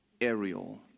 aerial